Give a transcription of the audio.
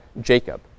Jacob